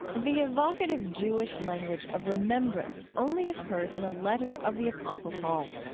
the evocative jewish language of remembrance only occurs in a letter of the apostle paul.